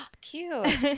Cute